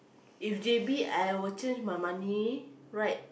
if J_B I will change my money right